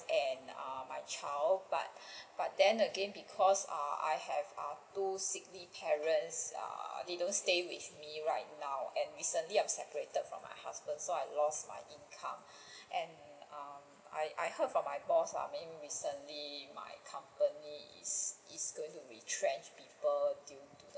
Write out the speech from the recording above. and err my child but but then again because I err have two sickly parents err they don't stay with me right now and recently I am separated from my husband so I lose my income and um I I heard from my boss lah maybe recently my company is is going to retrench people due to